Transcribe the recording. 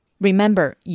Remember